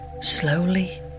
slowly